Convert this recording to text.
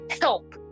help